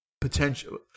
potential